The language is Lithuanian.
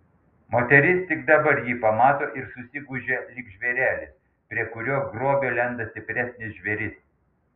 moteris tik dabar jį pamato ir susigūžia lyg žvėrelis prie kurio grobio lenda stipresnis žvėris